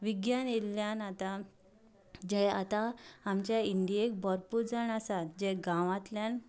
विज्ञान येयल्यान आता जें आतां आमचें इंडियेक भरपूर जाण आसा जें गांवांतल्यान